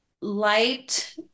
light